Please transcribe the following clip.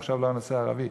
עכשיו לא הנושא הערבי.